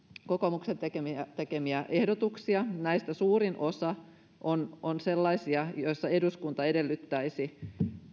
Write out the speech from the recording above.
kokoomuksen tekemiä tekemiä ehdotuksia näistä suurin osa on on sellaisia joissa eduskunta edellyttäisi